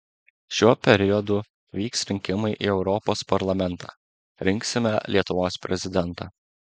šiuo periodu vyks rinkimai į europos parlamentą rinksime lietuvos prezidentą